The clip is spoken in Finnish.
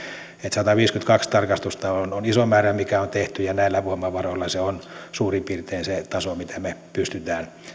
sataviisikymmentäkaksi tarkastusta on on isoin määrä mikä on tehty ja näillä voimavaroilla se on suurin piirtein se taso mitä me pystymme